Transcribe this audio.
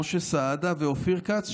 משה סעדה ואופיר כץ,